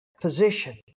position